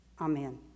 amen